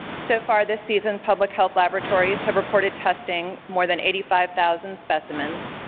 so far this season public health laboratories have reported testing more than eighty five thousand specimens,